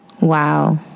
Wow